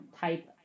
type